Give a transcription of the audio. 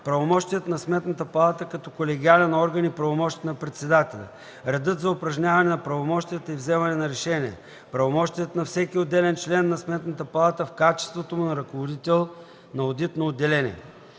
правомощията на Сметната палата като колегиален орган и правомощията на председателя; - реда за упражняване на правомощията и вземане на решения; - правомощията на всеки отделен член на Сметната палата в качеството му на ръководител на одитно отделение.